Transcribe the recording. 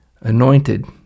anointed